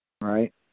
right